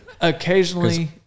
occasionally